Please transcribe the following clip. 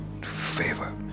favor